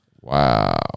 Wow